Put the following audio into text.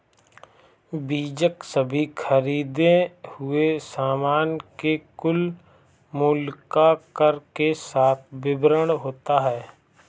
बीजक सभी खरीदें हुए सामान के कुल मूल्य का कर के साथ विवरण होता है